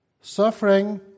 Suffering